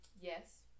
yes